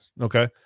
Okay